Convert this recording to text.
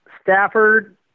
Stafford